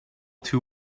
too